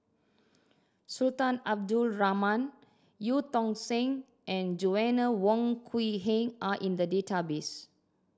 Sultan Abdul Rahman Eu Tong Sen and Joanna Wong Quee Heng are in the database